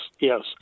Yes